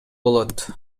болот